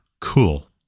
Cool